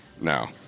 No